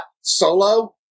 solo